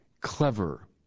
clever